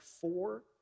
four